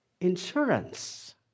Insurance